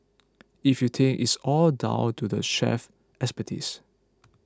if you think it's all down to the chef's expertise